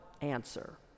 answer